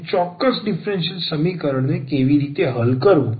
પછી આપણે જાણીશું કે ચોક્કસ ડિફરન્સલ સમીકરણ ને કેવી રીતે હલ કરવું